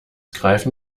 greifen